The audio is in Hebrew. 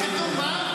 מה כתוב, מה?